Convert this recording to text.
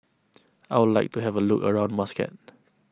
I would like to have a look around Muscat